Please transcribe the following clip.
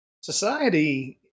Society